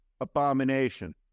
abomination